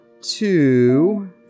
two